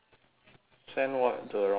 send what to the wrong person